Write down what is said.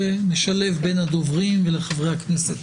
ונשלב בין הדוברים ולחברי הכנסת.